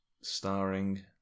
Starring